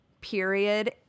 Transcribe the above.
period